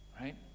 Right